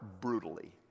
brutally